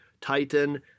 Titan